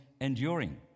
enduring